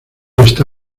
está